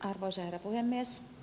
arvoisa herra puhemies